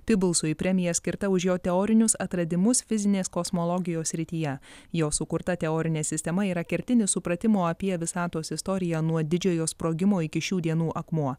pibulsui premija skirta už jo teorinius atradimus fizinės kosmologijos srityje jo sukurta teorinė sistema yra kertinis supratimo apie visatos istoriją nuo didžiojo sprogimo iki šių dienų akmuo